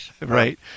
Right